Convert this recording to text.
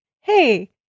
Hey